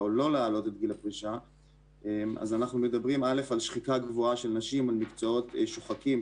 העלאת גיל הפרישה: 1. שחיקה גבוהה של נשים במקצועות שוחקים,